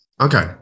Okay